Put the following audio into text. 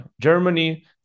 Germany